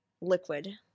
Liquid